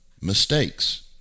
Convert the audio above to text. mistakes